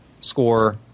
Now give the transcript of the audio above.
score